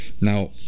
now